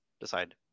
decide